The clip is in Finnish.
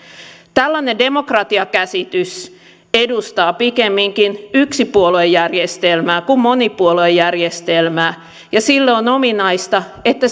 tällainen demokratiakäsitys edustaa pikemminkin yksipuoluejärjestelmää kuin monipuoluejärjestelmää ja sille on ominaista että